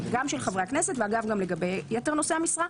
גם של חברי הכנסת וגם לגבי יתר נושאי המשרה,